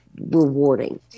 rewarding